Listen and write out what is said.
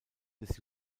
des